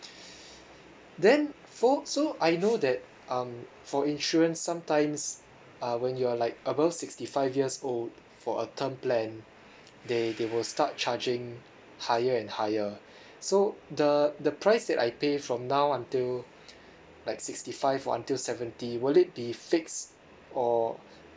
then so so I know that um for insurance sometimes uh when you're like above sixty five years old for a term plan they they will start charging higher and higher so the the price that I pay from now until like sixty five or until seventy will it be fixed or